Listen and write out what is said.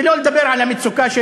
שלא לדבר על המצוקה של